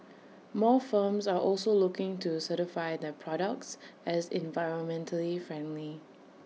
more firms are also looking to certify their products as environmentally friendly